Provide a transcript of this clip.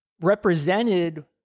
represented